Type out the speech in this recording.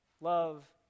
love